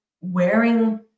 wearing